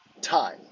time